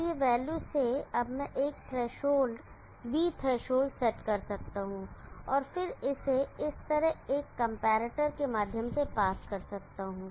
अबयह value से अब मैं एक थ्रेशहोल्ड V थ्रेशहोल्ड सेट कर सकता हूं और फिर इसे इस तरह एक कंपैरेटर के माध्यम से पास कर सकता हूं